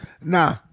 nah